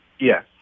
Yes